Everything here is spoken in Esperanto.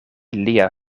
lia